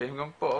מופיעים גם פה.